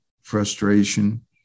frustration